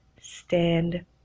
stand